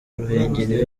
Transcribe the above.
ruhengeri